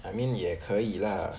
I mean 也可以 lah